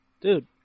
Dude